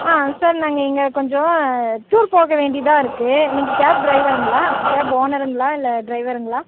ஆ sir நாங்கள் இங்கே கொஞ்சம் டூர் போகவேண்டியதாக இருக்கு நீங்கள் கேப் டிரைவருங்களா கேப் ஓனருங்களா இல்லை டிரைவருங்களா